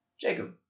Jacob